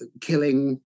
killing